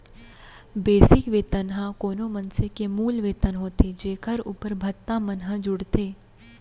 basic वेतन ह कोनो मनसे के मूल वेतन होथे जेखर उप्पर भत्ता मन ह जुड़थे